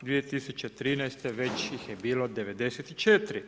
2013. već ih je bilo 94.